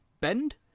Bend